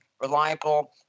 reliable